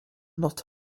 not